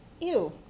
Ew